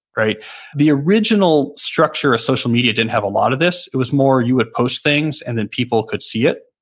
the original structure of social media didn't have a lot of this, it was more you would post things and then people could see it.